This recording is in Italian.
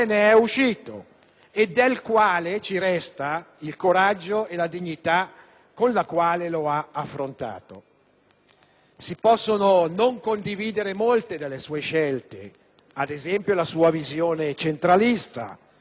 e di cui ci restano il coraggio e la dignità con le quali ha affrontato il tutto. Si possono non condividere molte delle sue scelte, come ad esempio la sua visione centralista dello Stato